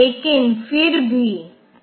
तो बाकी के सभी 0 हैं